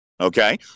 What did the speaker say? okay